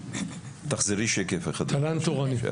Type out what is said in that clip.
תחזרי שקף אחד, לתל"ן תורני.